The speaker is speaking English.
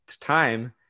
time